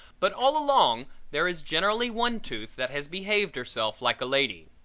but all along there is generally one tooth that has behaved herself like a lady.